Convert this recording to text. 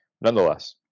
Nonetheless